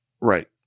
Right